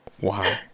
wow